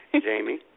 Jamie